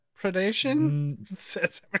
predation